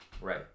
Right